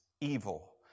evil